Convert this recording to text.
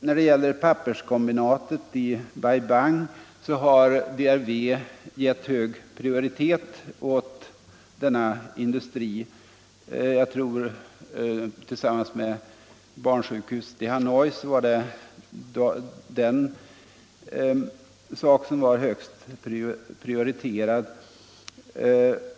När det gäller papperskombinatet i Bai Bang har DRV givit mycket hög prioritet åt denna industri. Tillsammans med barnsjukhuset i Hanoi var det en sak som jag tror var högst prioriterad.